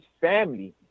family